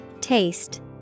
Taste